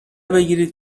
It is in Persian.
بگیرید